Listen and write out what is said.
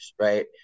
right